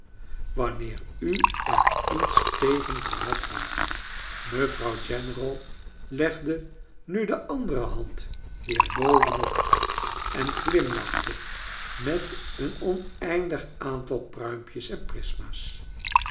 wanneer u er iets tegen gehad hadt mevrouw general legde nu de andere hand weer bovenop en glimlachte met een oneindig aantal pruimpjes en prisma's